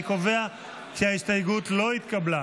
אני קובע שההסתייגות לא התקבלה.